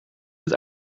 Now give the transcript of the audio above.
het